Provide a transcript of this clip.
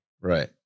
right